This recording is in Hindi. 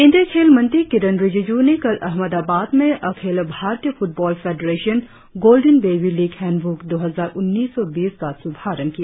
केंद्रीय खेल मंत्री किरेन रिजिजू ने कल अहमदाबाद में अखिल भारतीय football federation golden baby league handbook दो हजार उन्नीस बीस का शुभारंभ किया